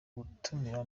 gutumira